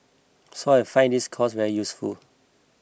so I find this course very useful